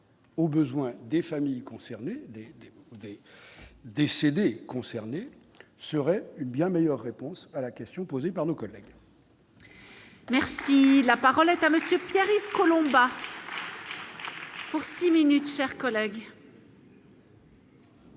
aux besoins des familles concernées D. O. D. décédé concerné serait une bien meilleure réponse à la question posée par nos collègues. Merci, la parole est à monsieur Pierre-Yves Collombat. Pour 6 minutes chers collègues.